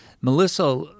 Melissa